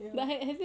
ya lah